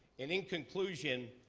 and in conclusion,